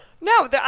No